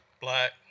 Black